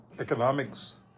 economics